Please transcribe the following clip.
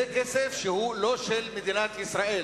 זה כסף שהוא לא של מדינת ישראל.